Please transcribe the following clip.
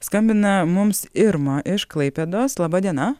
skambina mums irma iš klaipėdos laba diena